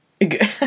Good